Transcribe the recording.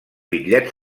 bitllet